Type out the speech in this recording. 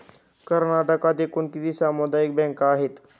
कर्नाटकात एकूण किती सामुदायिक बँका आहेत?